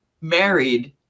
married